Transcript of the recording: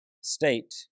state